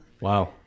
Wow